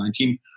2019